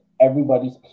everybody's